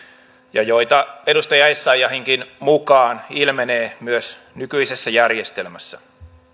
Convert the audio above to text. ja joita edustaja essayahinkin mukaan ilmenee myös nykyisessä järjestelmässä